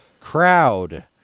crowd